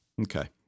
Okay